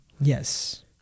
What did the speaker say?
Yes